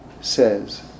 says